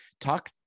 talk